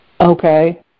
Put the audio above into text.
Okay